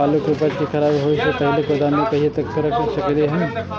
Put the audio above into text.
आलु के उपज के खराब होय से पहिले गोदाम में कहिया तक रख सकलिये हन?